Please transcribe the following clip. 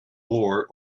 more